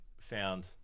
found